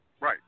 Right